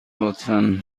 لطفا